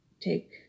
take